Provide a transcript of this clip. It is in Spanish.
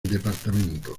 departamento